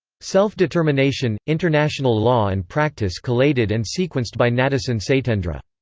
self determination international law and practise collated and sequenced by nadesan satyendra.